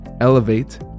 Elevate